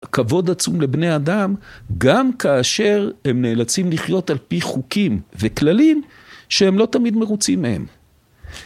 כבוד עצום לבני אדם גם כאשר הם נאלצים לחיות על פי חוקים וכללים שהם לא תמיד מרוצים מהם.